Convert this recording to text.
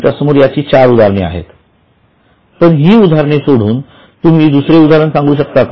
तुमच्या समोर याची चार उदाहरणे आहेत पण ही उदाहरणे सोडून तुम्ही दुसरे उदाहरण सांगू शकता का